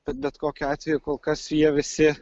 tad bet kokiu atveju kol kas jie visi